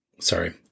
sorry